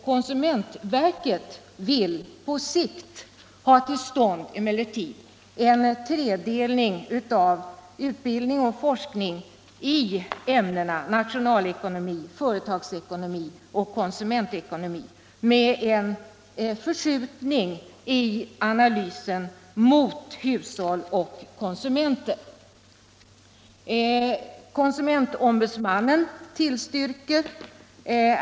Konsumentverket vill på sikt ha till stånd en tredelning av utbildning och forskning i ämnena nationalekonomi, företagsekonomi och konsumentekonomi med en förskjutning i analysen mot hushåll och konsumenter. Konsumentombudsmannen tillstyrker.